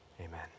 Amen